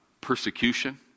persecution